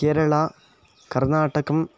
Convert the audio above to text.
केरळा कर्नाटकम्